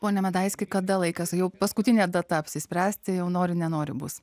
ponia medaiskį kada laikas jau paskutinė data apsispręsti jau nori nenori bus